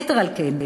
יתר על כן,